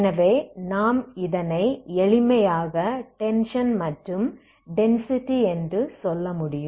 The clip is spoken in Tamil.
எனவே நாம் இதனை எளிமையாக டென்ஷன் மற்றும் டென்சிட்டி என்று சொல்ல முடியும்